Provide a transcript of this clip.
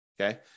Okay